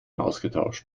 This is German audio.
ausgetauscht